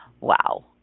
Wow